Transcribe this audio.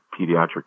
pediatric